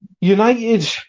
United